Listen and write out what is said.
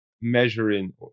measuring